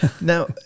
Now